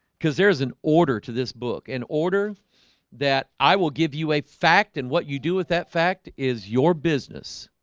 because there's an order to this book in order that i will give you a fact and what you do with that fact is your business